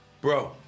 bro